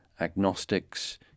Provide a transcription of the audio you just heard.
agnostics